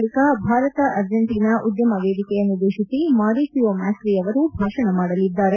ಬಳಿಕ ಭಾರತ ಅರ್ಜೆಂಟೀನಾ ಉದ್ಯಮ ವೇದಿಕೆಯನ್ನುದ್ದೇಶಿಸಿ ಮಾರಿಸಿಯೋ ಮ್ಯಾಕ್ಷಿ ಅವರು ಭಾಷಣ ಮಾಡಲಿದ್ದಾರೆ